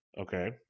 Okay